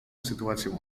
sytuacją